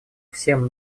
всем